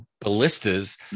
ballistas